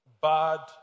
bad